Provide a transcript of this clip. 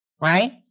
Right